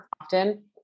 often